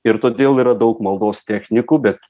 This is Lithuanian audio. ir todėl yra daug maldos technikų bet